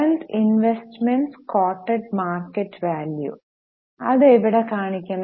current investment quoted market value അത് എവിടെ കാണിക്കണം